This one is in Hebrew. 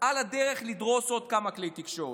ועל הדרך לדרוס עוד כמה כלי תקשורת.